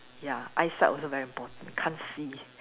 ya eyesight also very important you can't see